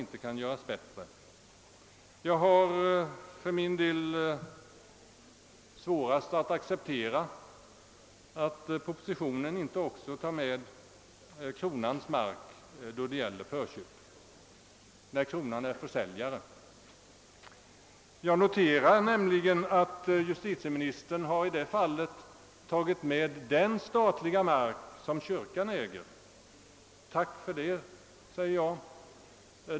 För min del har jag svårast att acceptera att propositionen inte heller tar med förköp också när kronan står som försäljare av mark. Jag noterar nämligen att justitieministern i det fallet har tagit med den statliga mark som kyrkan äger. Tack för det, säger jag!